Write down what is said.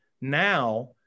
now